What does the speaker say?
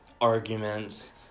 arguments